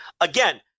again